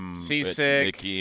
Seasick